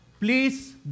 Please